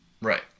Right